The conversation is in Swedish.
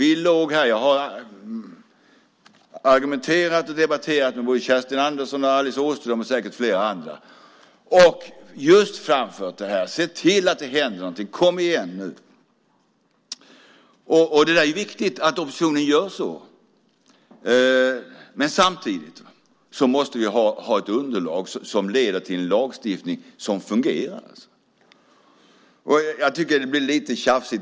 Jag har argumenterat och debatterat med både Kerstin Andersson och Alice Åström och säkert flera andra och framfört detta och sagt: Se till att det händer något! Kom igen! Det är viktigt att oppositionen gör så. Men samtidigt måste vi ha ett underlag som leder till en lagstiftning som fungerar. Det blir lite tjafsigt.